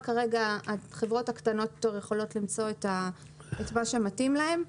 החברות הקטנות יכולות למצוא את מה שמתאים להן.